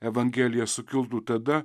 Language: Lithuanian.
evangelija sukiltų tada